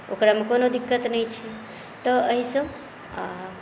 ओकरामे कोनो दिक्कत नहि छै तऽ एहिसँ